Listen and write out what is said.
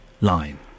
line